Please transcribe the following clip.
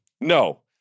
No